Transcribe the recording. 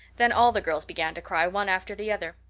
then all the girls began to cry, one after the other.